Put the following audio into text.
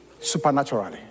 Supernaturally